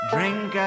Drink